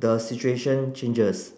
the situation changes